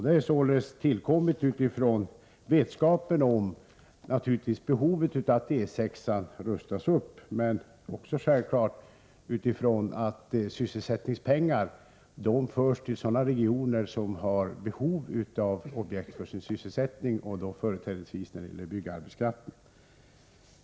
Detta har skett utifrån vetskapen om behovet av att E 6-an rustas upp, men självklart också därför att sysselsättningspengar förs till sådana regioner som har behov av objekt för sin sysselsättning, företrädesvis när det gäller byggarbetskraften.